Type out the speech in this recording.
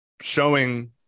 showing